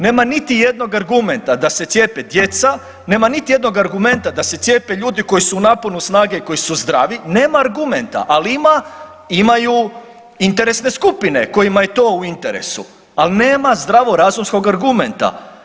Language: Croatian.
Nema niti jednog argumenta da se cijepe djeca, nema niti jednog argumenta da se cijepe ljudi koji su u naponu snage, koji su zdravi, nema argumenta, ali ima, imaju interesne skupine kojima je to u interesu, ali nema zdravorazumskog argumenta.